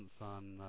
on